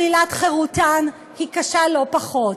שלילת חירותן קשה לא פחות,